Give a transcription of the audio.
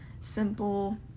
simple